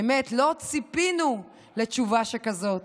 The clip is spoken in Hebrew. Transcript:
באמת, לא ציפינו לתשובה שכזאת.